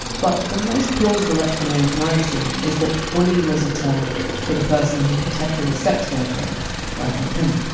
but the most plausible explanation i! ve ah seen is that! bully! was a term for the person who protected a sex worker like a pimp.